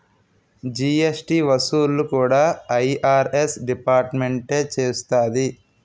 GST వసూళ్లు కూడా IRS డిపార్ట్మెంటే చూస్తాది